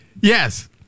Yes